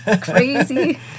crazy